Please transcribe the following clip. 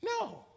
No